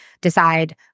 decide